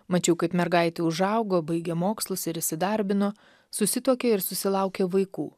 mačiau kaip mergaitė užaugo baigė mokslus ir įsidarbino susituokė ir susilaukė vaikų